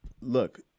Look